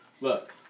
Look